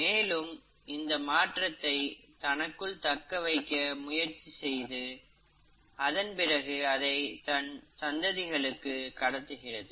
மேலும் இந்த மாற்றத்தை தனக்குள் தக்க வைக்க முயற்சி செய்து பிறகு அதை தன் சந்ததிகளுக்கு கடத்துகிறது